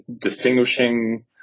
distinguishing